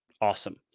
Awesome